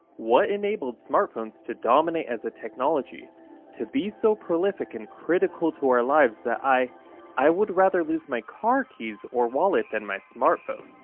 what enabled smartphones to dominate as a technology to be so prolific and critical to our lives that i i would rather lose my car keys or wallet than my smartphone.